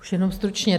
Už jenom stručně.